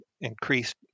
increased